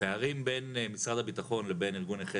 הפערים בין משרד הביטחון לבין ארגון נכי